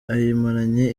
ayimaranye